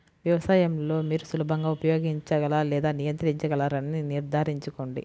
వ్యవసాయం లో మీరు సులభంగా ఉపయోగించగల లేదా నియంత్రించగలరని నిర్ధారించుకోండి